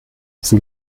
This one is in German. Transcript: sie